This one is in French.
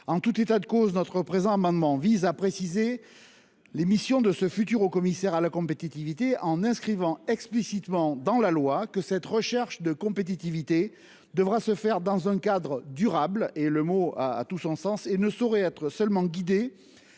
en tout état de cause notre présent amendement vise à préciser. Les missions de ce futur haut commissaire à la compétitivité en inscrivant explicitement dans la loi que cette recherche de compétitivité devra se faire dans un cadre durable et le mot à à tout son sens et ne saurait être seulement guidée